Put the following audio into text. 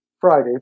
Friday